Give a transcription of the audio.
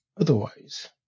Otherwise